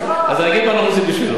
אז אני אגיד מה אנחנו עושים בשבילו.